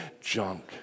junk